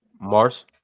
Mars